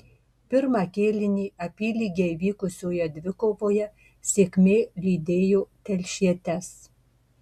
pirmą kėlinį apylygiai vykusioje dvikovoje sėkmė lydėjo telšietes